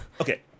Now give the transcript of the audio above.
Okay